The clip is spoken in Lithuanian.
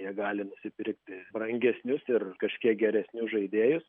jie gali nusipirkti brangesnius ir kažkiek geresnius žaidėjus